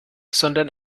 sondern